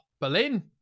Berlin